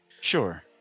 sure